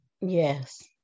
Yes